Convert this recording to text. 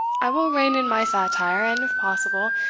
i will rein in my satire, and, if possible,